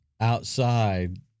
outside